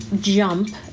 jump